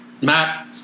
Matt